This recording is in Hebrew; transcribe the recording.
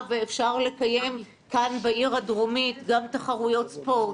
ואפשר לקיים כאן בעיר הדרומית גם תחרויות ספורט,